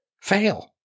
fail